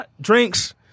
drinks